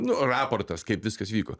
nu raportas kaip viskas vyko